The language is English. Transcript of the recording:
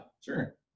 sure